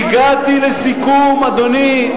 הגעתי לסיכום, אדוני,